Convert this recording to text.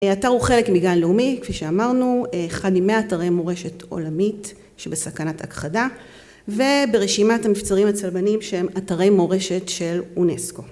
האתר הוא חלק מגן לאומי, כפי שאמרנו, אחד ממאה אתרי מורשת עולמית שבסכנת הכחדה וברשימת המבצרים הצלבנים שהם אתרי מורשת של אונסקו